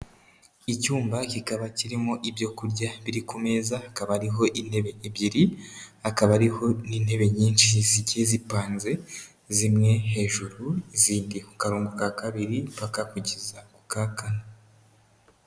Icyumba kikaba kirimo ibyo kurya biri ku meza, hakaba hariho intebe ebyiri, hakaba hariho n'intebe nyinshi zigiye zipanze, zimwe hejuru, izindi ku karongo ka kabiri, mpaka kugeza ku ka kane.